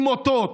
עם מוטות,